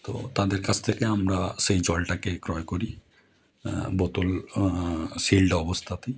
তো তাদের কাছ থেকে আমরা সেই জলটাকে ক্রয় করি বোতল সিলড অবস্থাতেই